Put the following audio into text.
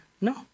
no